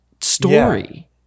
story